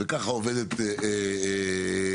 כך עובדת כלכלה,